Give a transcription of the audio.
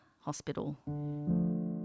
hospital